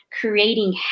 creating